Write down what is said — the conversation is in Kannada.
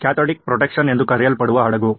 ಕ್ಯಾಥೋಡಿಕ್ ಪ್ರೊಟೆಕ್ಷನ್ ಎಂದು ಕರೆಯಲ್ಪಡುವ ಹಡಗು